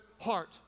heart